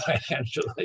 financially